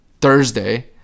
Thursday